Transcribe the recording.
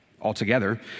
Altogether